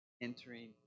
entering